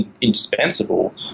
indispensable